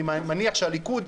אני מניח שהליכוד,